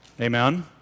Amen